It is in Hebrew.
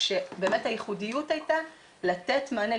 כשבאמת הייחודיות הייתה לתת מענה.